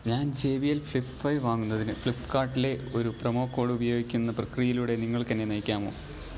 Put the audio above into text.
ഞാൻ J B L flip five വാങ്ങുന്നതിന് ഫ്ലിപ്പ്കാർട്ട്ലെ ഒരു പ്രൊമോ കോഡ് പ്രയോഗിക്കുന്ന പ്രക്രിയയിലൂടെ നിങ്ങൾക്ക് എന്നെ നയിക്കാമോ